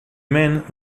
men